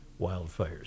wildfires